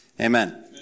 Amen